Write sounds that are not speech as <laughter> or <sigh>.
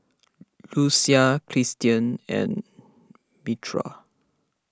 Luisa Christen and <unintelligible>